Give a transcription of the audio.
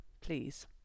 please